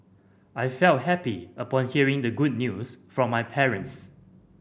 I felt happy upon hearing the good news from my parents